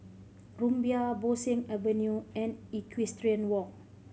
Rumbia Bo Seng Avenue and Equestrian Walk